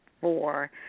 four